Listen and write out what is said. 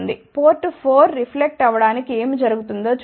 port 4 నుండి reflect అవడానికి ఏమి జరుగుతుందో చూద్దాం